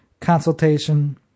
consultation